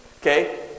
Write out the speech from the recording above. okay